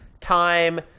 time